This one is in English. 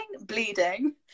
bleeding